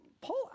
Paul